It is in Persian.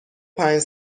پنج